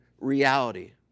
reality